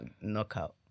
knockout